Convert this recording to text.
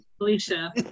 Alicia